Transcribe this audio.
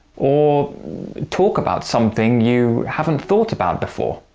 or talk about something you haven't thought about before.